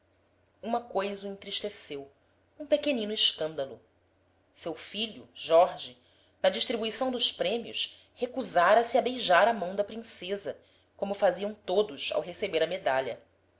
uma coisa o entristeceu um pequenino escândalo seu filho jorge na distribuição dos prêmios recusara se a beijar a mão da princesa como faziam todos ao receber a medalha